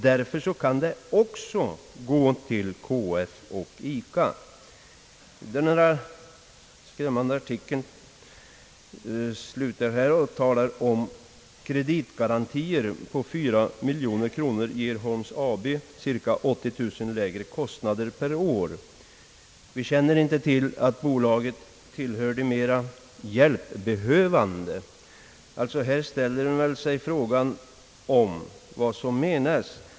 Därför kan de också gå till KF och ICA. Artikeln slutar: »Kreditgarantier på 4 miljoner kronor ger Holms AB ca 80 000 kronor lägre kostnader per år. Vi känner inte till att bolaget tillhör de mera hjälpbehövande.» Här ställer man sig frågan: Vad menas?